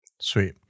sweet